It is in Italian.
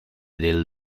del